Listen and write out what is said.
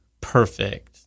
perfect